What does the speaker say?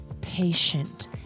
patient